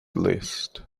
list